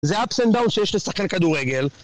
זה up's and down's שיש לשחקן כדורגל